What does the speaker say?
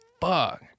fuck